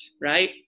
right